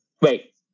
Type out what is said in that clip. Wait